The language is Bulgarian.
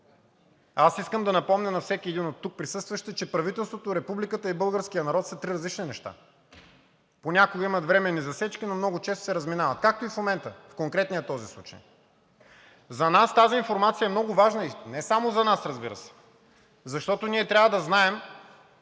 Аз искам да напомня на всеки един от тук присъстващите, че правителството, Републиката и българският народ са три различни неща. Понякога имат временни засечки, но много често се разминават. Както и в момента, в конкретния този случай. За нас тази информация е много важна, и не само за нас, разбира се, защото ние трябва да знаем